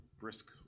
brisk